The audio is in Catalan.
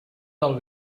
del